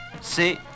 C'est